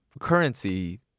currency-